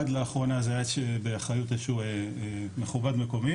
עד לאחרונה זה היה באחריות איזה שהוא מכובד מקומי,